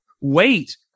wait